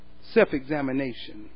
Self-examination